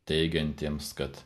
teigiantiems kad